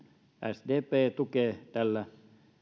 sdp tukee tällä